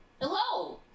Hello